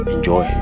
Enjoy